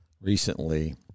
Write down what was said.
recently